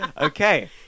Okay